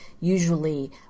usually